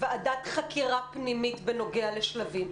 ועדת חקירה פנימית בנוגע ל"שלבים".